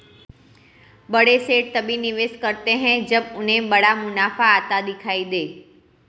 बड़े सेठ तभी निवेश करते हैं जब उन्हें बड़ा मुनाफा आता दिखाई दे